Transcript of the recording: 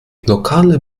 lokale